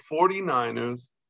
49ers